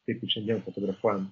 kaip ir šiandien fotografuojant